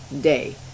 day